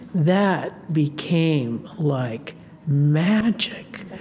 that became like magic,